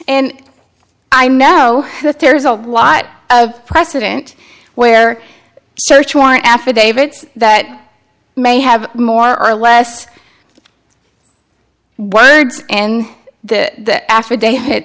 and i know there's a lot of precedent where search warrant affidavits that may have more or less words and the affidavit